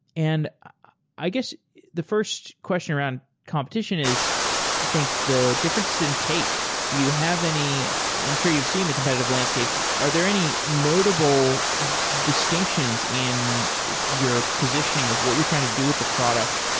and i guess the first question around competition is i think the difference in taste. do you have any i'm sure you've seen the competitive landscape are there any notable distinctions in your positioning of what you're trying to do with the product?